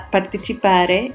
partecipare